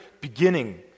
beginning